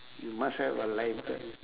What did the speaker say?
you must have a lifeguard